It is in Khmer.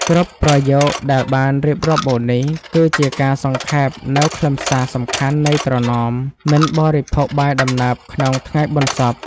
គ្រប់ប្រយោគដែលបានរៀបរាប់មកនេះ គឺជាការសង្ខេបនូវខ្លឹមសារសំខាន់នៃត្រណមមិនបរិភោគបាយដំណើបក្នុងថ្ងៃបុណ្យសព។